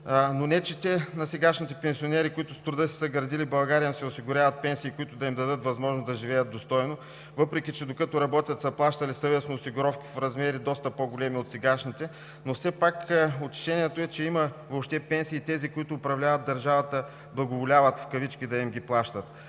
– не че на сегашните пенсионери, които с труда си са градили България, се осигуряват пенсии, които да им дадат възможност да живеят достойно, въпреки че, докато са работили, са плащали съвестно осигуровки в размери, доста по-големи от сегашните. Все пак утешението е, че има въобще пенсии – тези, които управляват държавата, „благоволяват“ да им ги плащат.